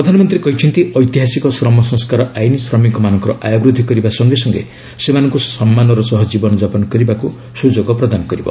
ପ୍ରଧାନମନ୍ତ୍ରୀ କହିଛନ୍ତି ଏତିହାସିକ ଶ୍ରମ ସଂସ୍କାର ଆଇନ ଶ୍ରମିକମାନଙ୍କର ଆୟ ବୃଦ୍ଧି କରିବା ସଙ୍ଗେ ସଙ୍ଗେ ସେମାନଙ୍କୁ ସମ୍ମାନର ସହ ଜୀବନ ଯାପନ କରିବାକୁ ସୁଯୋଗ ଦେବ